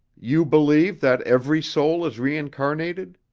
you believe that every soul is reincarnated?